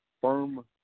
firm